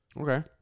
Okay